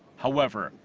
however,